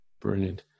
Brilliant